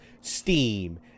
Steam